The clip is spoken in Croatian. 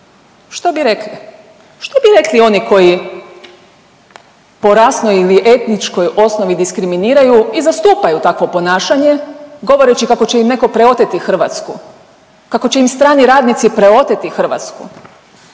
Što bi rekli oni koji po rasnoj ili etničkoj osnovi diskriminiraju i zastupaju takvo ponašanje govoreći kako će im neko preoteti Hrvatsku, kako će im strani radnici preoteti Hrvatsku,